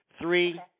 Three